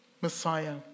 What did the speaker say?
Messiah